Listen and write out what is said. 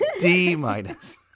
D-minus